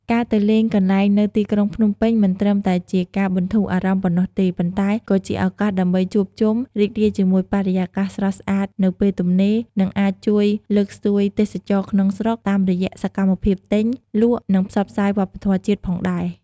ការទៅលេងកន្លែងនៅទីក្រុងភ្នំពេញ មិនត្រឹមតែជាការបន្ធូរអារម្មណ៍ប៉ុណ្ណោះទេ ប៉ុន្តែក៏ជាឱកាសដើម្បីជួបជុំ រីករាយជាមួយបរិយាកាសស្រស់ស្អាតនៅពេលទំនេរ និងអាចជួយលើកស្ទួយទេសចរណ៍ក្នុងស្រុក តាមរយៈសម្មភាពទិញ លក់និងផ្សព្វផ្សាយវប្បធម៌ជាតិផងដែរ។